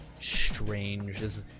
strange